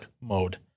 mode